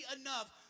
enough